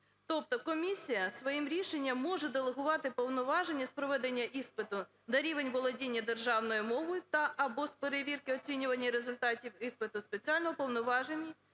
Тобто комісія своїм рішенням може делегувати повноваження з проведення іспиту на рівень володіння державною мовою та/або з перевірки оцінювання результатів іспиту спеціально уповноваженій